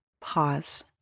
pause